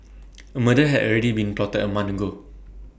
A murder had already been plotted A month ago